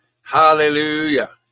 Hallelujah